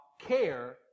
care